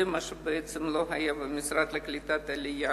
זה מה שלא היה במשרד לקליטת העלייה: